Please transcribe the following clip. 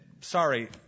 Sorry